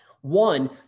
one